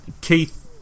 Keith